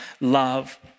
love